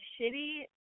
shitty